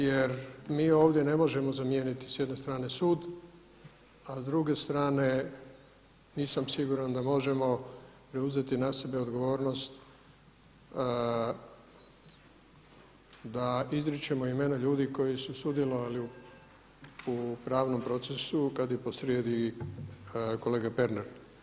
Jer mi ovdje ne možemo zamijeniti s jedne strane sud a s druge strane nisam siguran da možemo preuzeti na sebe odgovornost da izričemo imena ljudi koji su sudjelovali u pravnom procesu kada je po srijedi kolega Pernar.